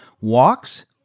walks